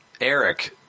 Eric